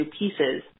pieces